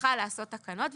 הסמכה לעשות תקנות.